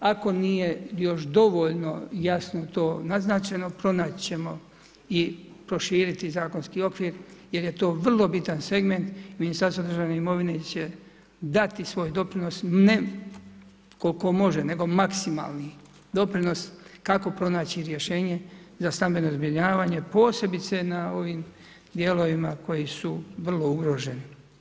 Ako nije još dovoljno jasno to naznačeno, pronaći ćemo i proširiti zakonski okvir, jer je to vrlo bitan segment Ministarstvo državne imovine, će dati svoj doprinos ne koliko može nego maksimalni doprinos kako pronaći rješenje za stambeno zbrinjavanje posebice na ovim dijelovima koji su vrlo ugroženi.